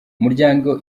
umuryango